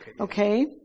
okay